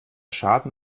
schaden